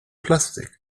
plastik